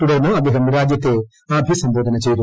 തുടർന്ന് അദ്ദേഹം രാജ്യത്തെ അഭിസംബ്ടോധന ചെയ്തു